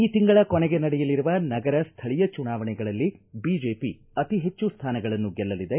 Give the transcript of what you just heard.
ಈ ತಿಂಗಳ ಕೊನೆಗೆ ನಡೆಯಲಿರುವ ನಗರ ಸ್ಥಳೀಯ ಚುನಾವಣೆಗಳಲ್ಲಿ ಬಿಜೆಪಿ ಅತಿ ಹೆಚ್ಚು ಸ್ಥಾನಗಳನ್ನು ಗೆಲ್ಲಲಿದೆ